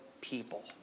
people